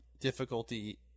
difficulty